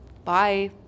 Bye